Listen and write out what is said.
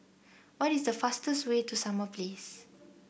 what is the fastest way to Summer Place